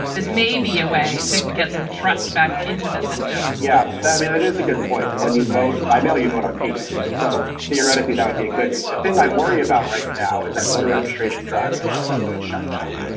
this may be a way to get some trust back into the system yeah. i mean, that is a good point. when you vote by mail, you vote on paper. so theoretically, that would be a good thing. i worry about right now is that voter registration drives are essentially shut down.